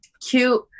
cute